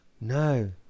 No